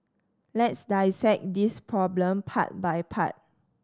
let's dissect this problem part by part